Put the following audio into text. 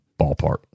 Ballpark